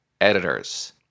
Editors